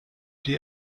die